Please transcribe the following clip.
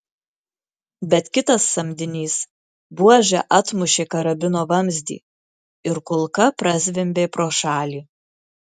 bet kitas samdinys buože atmušė karabino vamzdį ir kulka prazvimbė pro šalį